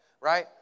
Right